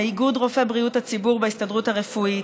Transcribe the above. לאיגוד רופאי בריאות הציבור בהסתדרות הרפואית,